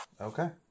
Okay